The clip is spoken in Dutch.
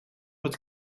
het